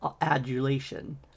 adulation